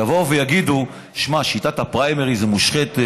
יבואו ויגידו: שמע, שיטת הפריימריז היא מושחתת.